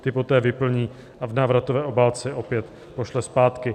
Ty poté vyplní a v návratové obálce je opět pošle zpátky.